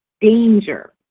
danger